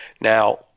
Now